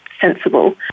sensible